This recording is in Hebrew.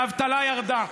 והאבטלה ירדה.